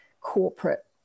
corporate